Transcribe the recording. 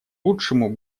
лучшему